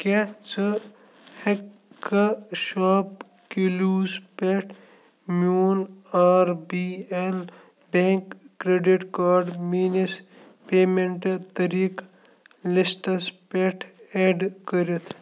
کیٛاہ ژٕ ہٮ۪ککھٕ شاپ کِلیوٗز پٮ۪ٹھ میون R B L bank credit card میٛٲنِس پیمٮ۪نٛٹ طریٖق لِسٹَس پٮ۪ٹھ اٮ۪ڈ کٔرِتھ